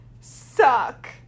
suck